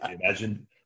imagine